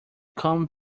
come